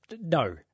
No